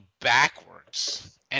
backwards